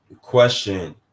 Question